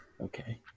Okay